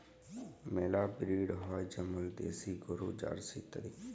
মেলা ব্রিড হ্যয় যেমল দেশি গরু, জার্সি ইত্যাদি